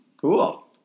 Cool